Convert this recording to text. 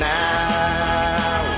now